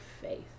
faith